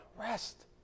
Rest